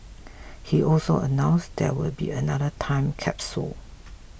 he also announced there will be another time capsule